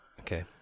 Okay